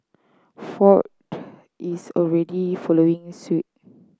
ford is already following suit